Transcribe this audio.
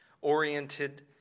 oriented